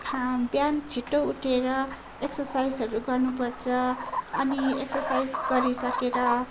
खाम बिहान छिटो उठेर एक्सर्साइहरू गर्नुपर्छ अनि एक्सर्साइस गरिसकेर